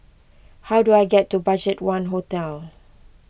how do I get to Budgetone Hotel